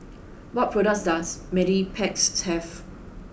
what products does Mepilex have